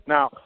Now